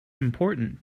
important